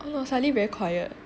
oh suddenly very quiet